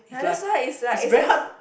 ya that's why it's like it's as